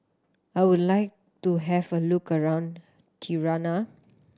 I would like to have a look around Tirana